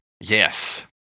Yes